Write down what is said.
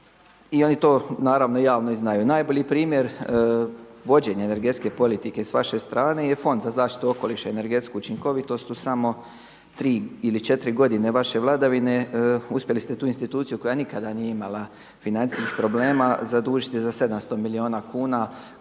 i oni to naravno javno i znaju. Najbolji primjer vođenja energetske politike s vaše strane je Fond za zaštitu okoliša i energetsku učinkovitost. U samo 3 ili 4 godine vaše vladavine uspjeli ste tu institucija koja nikada nije imala financijskih problema zadužiti za 700 milijuna kuna